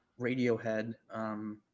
Radiohead